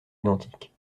identiques